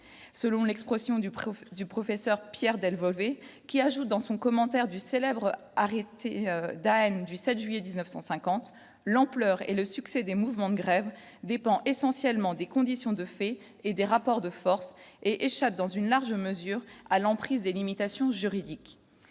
selon l'expression du préfet du professeur Pierre Delvaux et qui ajoute dans son commentaire du célèbre Darren du 7 juillet 1950 l'ampleur et le succès des mouvements de grève dépend essentiellement des conditions de fait et des rapports de force et échappent dans une large mesure à l'emprise des limitations juridiques